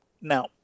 Now